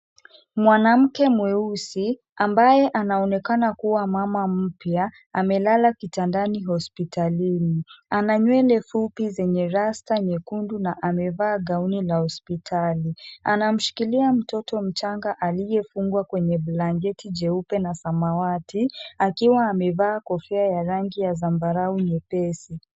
Mwanamke mweusi ambaye anaonekana kuwa mama mpya, amelala kitandani hospitalini. Ana nywele fupi zenye rasta nyekundu na amevaa gauni la hospitali. Anamshikilia mtoto mchanga aliyefungwa kwenye blanketi jeupe na samawati, akiwa amevaa kofia ya rangi ya zambarau nyepesi.